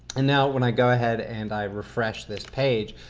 and now, when i go ahead and i refresh this page,